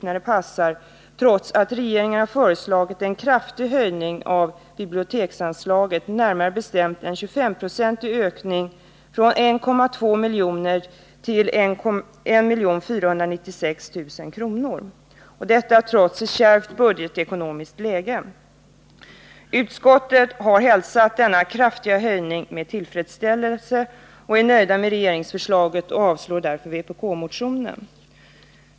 I det här fallet har man gjort det trots att regeringen har föreslagit en kraftig höjning av biblioteksanslaget. Det är närmare bestämt en 25-procentig ökning, från 1,2 miljoner till 1 496 000 kr. — detta trots det kärva budgetekonomiska läget. Utskottet har hälsat den av regeringen föreslagna kraftiga höjningen med tillfredsställelse, och man avstyrker därmed vpk-motionen.